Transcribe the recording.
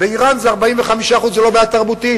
באירן זה 45% זה לא בעיה תרבותית,